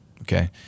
okay